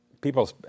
people